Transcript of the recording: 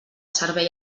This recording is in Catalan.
servei